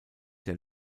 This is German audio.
der